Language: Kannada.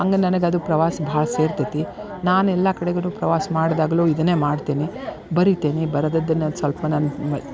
ಹಾಗ್ ನನಗೆ ಅದು ಪ್ರವಾಸ ಭಾಳ ಸೇರ್ತದೆ ನಾನು ಎಲ್ಲ ಕಡೆಗೂ ಪ್ರವಾಸ ಮಾಡ್ದಾಗಲೂ ಇದನ್ನೇ ಮಾಡ್ತೀನಿ ಬರೀತಿನಿ ಬರೆದಿದ್ದನಾ ಸ್ವಲ್ಪ ನಾನು